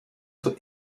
peut